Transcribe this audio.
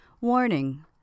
Warning